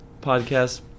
podcast